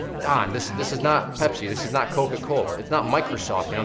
don, this this is not pepsi, this is not coca-cola. it's not microsoft. you know